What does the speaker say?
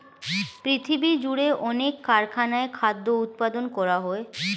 পৃথিবীজুড়ে অনেক কারখানায় খাদ্য উৎপাদন করা হয়